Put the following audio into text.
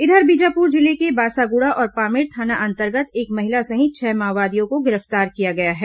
इधर बीजापुर जिले के बासागुड़ा और पामेड़ थाना अंतर्गत एक महिला सहित छह माओवादियों को गिरफ्तार किया गया है